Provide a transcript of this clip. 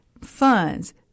funds